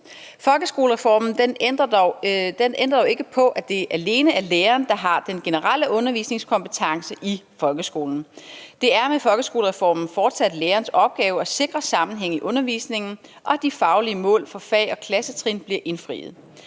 Folkeskolereformen ændrer jo ikke på, at det alene er læreren, der har den generelle undervisningskompetence i folkeskolen. Det er med folkeskolereformen fortsat lærerens opgave at sikre sammenhæng i undervisningen, og at de faglige mål for fag og klassetrin bliver indfriet.